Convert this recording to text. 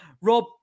Rob